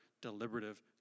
deliberative